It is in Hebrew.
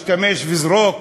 השתמש וזרוק?